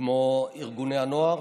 כמו ארגוני הנוער,